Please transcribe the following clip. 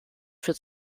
für